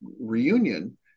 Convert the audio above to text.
reunion